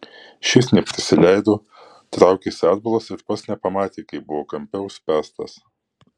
šis neprisileido traukėsi atbulas ir pats nepamatė kaip buvo kampe užspęstas